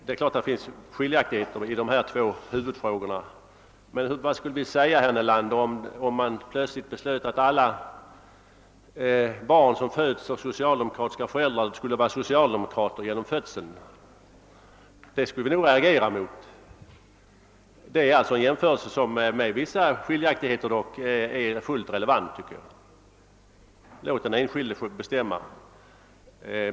Det finns givetvis skiljaktigheter mellan dessa två huvudfrågor, men vad skulle vi säga, herr Nelander, om man plötsligt beslutade att alla barn som föds av socialdemokratiska föräldrar skulle vara socialdemokrater genom födseln? Det skulle vi nog reagera mot. Jämförelsen är — trots vissa skiljaktigheter — dock fullt relevant. Låt den enskilde få bestämma!